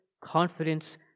confidence